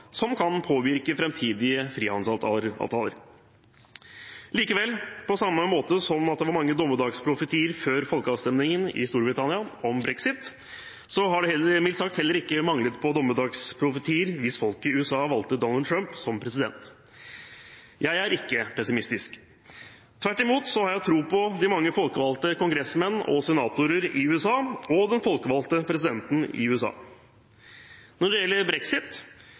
som kan påvirke framtidige frihandelsavtaler. Likevel, på samme måte som det var mange dommedagsprofetier før folkeavstemningen i Storbritannia om brexit, har det – mildt sagt – heller ikke manglet dommedagsprofetier hvis folket i USA valgte Donald Trump som president. Jeg er ikke pessimistisk. Tvert imot, jeg har tro på de mange folkevalgte kongressmenn og senatorer og på den folkevalgte presidenten i USA. Når det gjelder brexit,